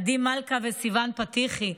עדי מלכה וסיון פתיחי,